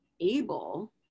able